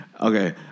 okay